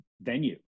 venue